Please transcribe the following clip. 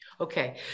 Okay